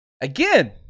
again